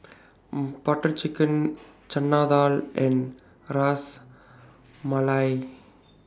Butter Chicken Chana Dal and Ras Malai